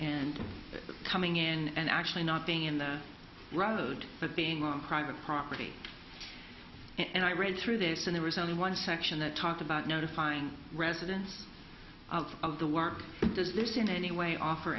and coming in and actually not being in the road but being on private property and i read through this and it was only one section that talked about notifying residents out of the work does this in any way offer